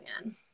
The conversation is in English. again